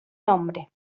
nombre